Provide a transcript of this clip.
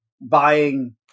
buying